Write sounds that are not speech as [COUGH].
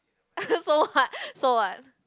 [LAUGHS] so what so what